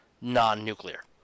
Non-nuclear